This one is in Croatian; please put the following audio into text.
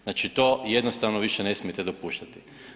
Znači, to jednostavno više ne smijete dopuštati.